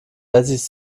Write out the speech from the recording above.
wessis